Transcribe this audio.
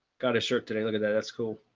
got a shirt today. look at that. that's cool.